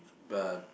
but